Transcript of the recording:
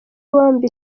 bombi